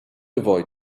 avoid